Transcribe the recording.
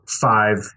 five